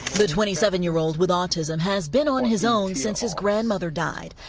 the twenty seven year old with autism has been on his own since his grandmother died.